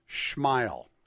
smile